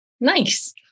Nice